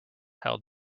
held